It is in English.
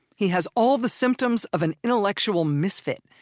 he has all the symptoms of an intellectual misfit.